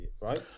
right